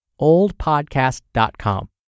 oldpodcast.com